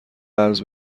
قرض